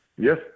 Yes